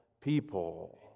people